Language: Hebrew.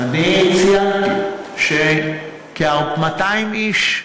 אני ציינתי שכ-200 איש,